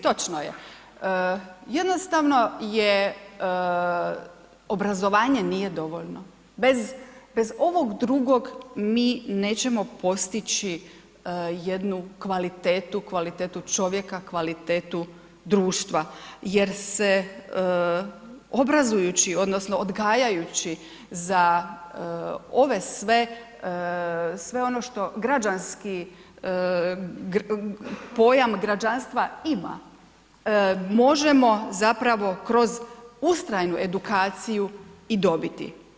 Točno je, jednostavno je, obrazovanje nije dovoljno, bez, bez ovog drugog mi nećemo postići jednu kvalitetu, kvalitetu čovjeka, kvalitetu društva jer se obrazujući odnosno odgajajući za ove sve, sve ono što građanski pojam građanstva ima, možemo zapravo kroz ustrajnu edukaciju i dobiti.